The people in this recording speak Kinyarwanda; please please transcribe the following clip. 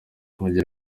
mugire